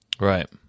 Right